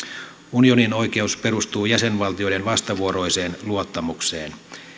unionin oikeus perustuu jäsenvaltioiden vastavuoroiseen luottamukseen